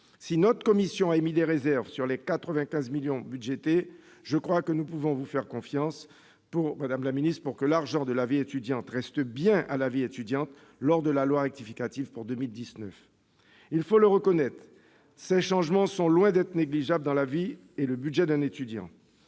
Si notre commission a émis des réserves sur les 95 millions d'euros budgétés, je crois que nous pouvons vous faire confiance, madame la ministre, pour que l'argent de la vie étudiante reste bien à la vie étudiante dans la loi de finances rectificative pour 2019. Il faut le reconnaître : ces changements sont loin d'être négligeables dans la vie et le budget d'un étudiant.